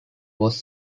was